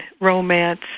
romance